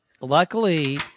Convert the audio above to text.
luckily